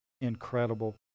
incredible